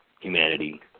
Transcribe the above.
humanity